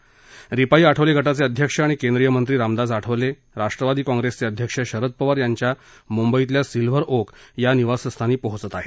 तर रिपाई आठवले गटाचे अध्यक्ष आणि केंद्रीय मंत्री रामदास आठवले राष्ट्रवादी कॉंप्रेसचे अध्यक्ष शरद पवार यांच्या मुंबईतल्या सिलव्हर ओक या निवासस्थानी पोचले आहेत